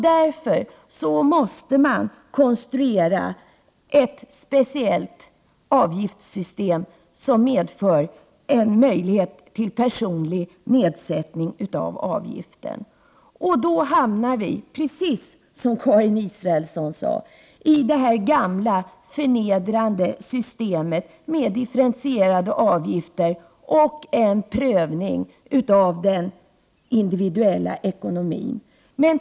Därför måste man konstruera ett speciellt system som medför en möjlighet till personlig nedsättning av avgiften. Då hamnar vi, precis som Karin Israelsson sade, i det gamla, förnedrande systemet med differentierade avgifter och en prövning av den individuella ekonomin.